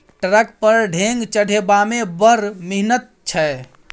truck पर ढेंग चढ़ेबामे बड़ मिहनत छै